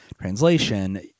translation